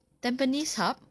tampines hub